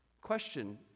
Question